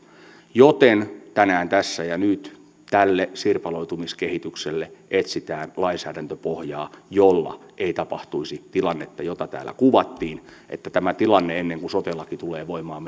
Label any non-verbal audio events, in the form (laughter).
joten tänään tässä ja nyt tälle sirpaloitumiskehitykselle etsitään lainsäädäntöpohjaa jolla ei tapahtuisi tilannetta jota täällä kuvattiin että ennen kuin sote laki tulee voimaan (unintelligible)